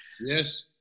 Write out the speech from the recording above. yes